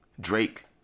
Drake